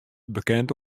bekend